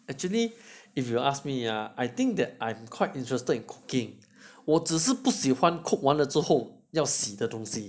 actually if you ask me ya I think that I'm quite interested in cooking 我只是不喜欢 cook 完了之后要洗的东西